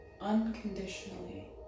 unconditionally